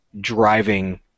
driving